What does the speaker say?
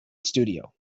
studio